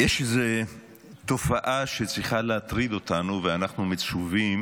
יש איזו תופעה שצריכה להטריד אותנו, ואנחנו מצווים